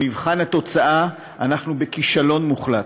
במבחן התוצאה אנחנו בכישלון מוחלט.